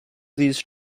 these